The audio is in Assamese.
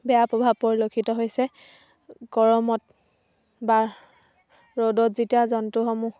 বেয়া প্ৰভাৱ পৰিলক্ষিত হৈছে গৰমত বা ৰ'দত যেতিয়া জন্তুসমূহ